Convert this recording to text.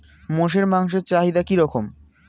মোষের মাংসের চাহিদা কি রকম?